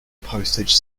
postage